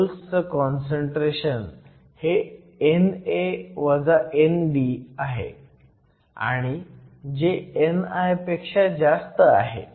होल्सचं काँसंट्रेशन हे NA - ND आहे आणि जे ni पेक्षा जास्त आहे